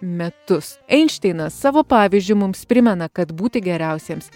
metus einšteinas savo pavyzdžiu mums primena kad būti geriausiems